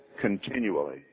continually